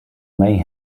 may